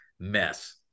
Mess